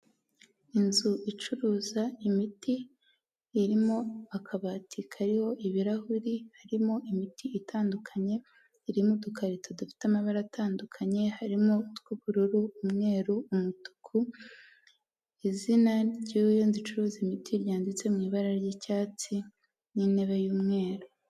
Inzu icuruza imiti irimo akabati kariho ibirahuri harimo imiti itandukanye iri mu dukarito dufite amabara atandukanye; harimo utw'ubururu, umweru, umutuku, izina ry'iyo nzu icuruza imiti ryanditse mu ibara ry'icyatsi n'intebe y'umweru.